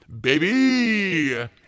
Baby